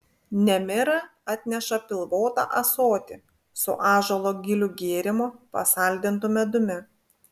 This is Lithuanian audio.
nemira atneša pilvotą ąsotį su ąžuolo gilių gėrimu pasaldintu medumi